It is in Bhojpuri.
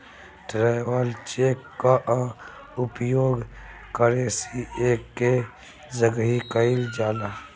ट्रैवलर चेक कअ उपयोग करेंसी के जगही कईल जाला